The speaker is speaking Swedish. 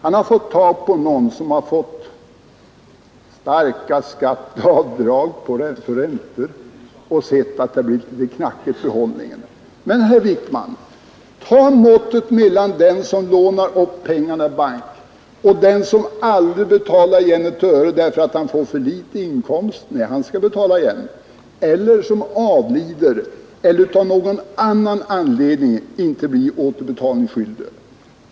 Han har fått tag på någon som kunnat göra kraftiga skatteavdrag för räntor och sett att det blir litet knackigt. Men, herr Wijkman, ta måttet mellan den som lånar upp pengar i bank och den som aldrig betalar igen ett öre därför att han har för liten inkomst när han skall betala igen eller som avlider eller av någon annan anledning inte blir återbetalningsskyldig.